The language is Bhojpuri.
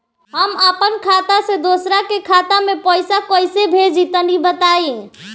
हम आपन खाता से दोसरा के खाता मे पईसा कइसे भेजि तनि बताईं?